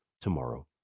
tomorrow